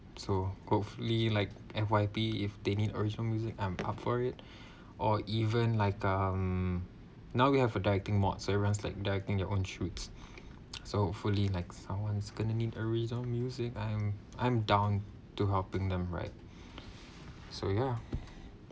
so hopefully like F_Y_P if they need original music I'm up for it or even like um now we have a directing mod so everyone's like directing their own shoots so hopefully like someone's going to need a rhythm music I'm I'm down to helping them right so ya